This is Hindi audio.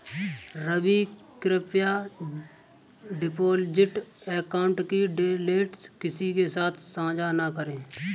रवि, कृप्या डिपॉजिट अकाउंट की डिटेल्स किसी के साथ सांझा न करें